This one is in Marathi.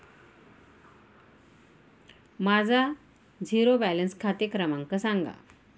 माझा झिरो बॅलन्स खाते क्रमांक सांगा